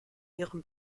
ihrem